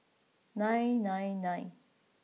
nine nine nine